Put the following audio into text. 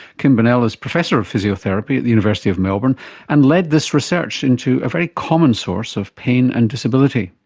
kim bennell is professor of physiotherapy at the university of melbourne and led this research into a very common source of pain and disability.